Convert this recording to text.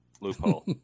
Loophole